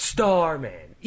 Starman